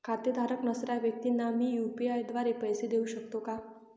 खातेधारक नसणाऱ्या व्यक्तींना मी यू.पी.आय द्वारे पैसे देऊ शकतो का?